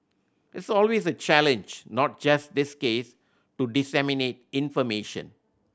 it's always a challenge not just this case to disseminate information